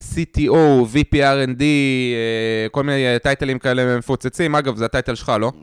CTO, VP RND, כל מיני טייטלים כאלה מפוצצים, אגב זה הטייטל שלך לא?